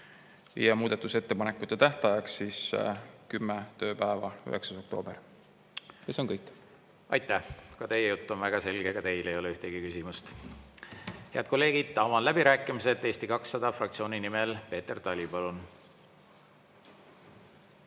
ja muudatusettepanekute tähtajaks määrata kümme tööpäeva ehk 9. oktoober. See on kõik. Aitäh! Ka teie jutt on väga selge ja ka teile ei ole ühtegi küsimust. Head kolleegid, avan läbirääkimised. Eesti 200 fraktsiooni nimel Peeter Tali, palun!